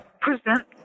present